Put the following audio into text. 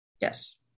Yes